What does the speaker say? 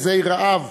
מזי רעב,